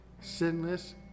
sinless